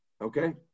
Okay